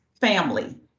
family